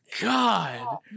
God